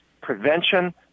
prevention